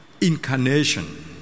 Incarnation